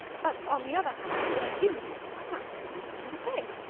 but on the other hand, when we do meet, i can't think of anything to say.